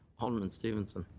alderman stevenson.